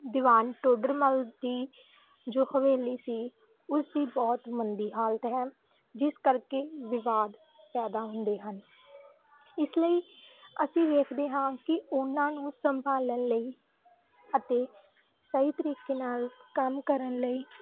ਦੀਵਾਨ ਟੋਡਰਮਲ ਦੀ ਜੋ ਹਵੇਲੀ ਸੀ ਉਸਦੀ ਬਹੁਤ ਮੰਦੀ ਹਾਲਤ ਹੈ ਜਿਸ ਕਰਕੇ ਵਿਵਾਦ ਪੈਦਾ ਹੁੰਦੇ ਹਨ ਇਸ ਲਈ ਅਸੀਂ ਵੇਖਦੇ ਹਾਂ ਕਿ ਉਹਨਾਂ ਨੂੰ ਸੰਭਾਲਣ ਲਈ ਅਤੇ ਸਹੀ ਤਰੀਕੇ ਨਾਲ ਕੰਮ ਕਰਨ ਲਈ